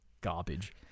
garbage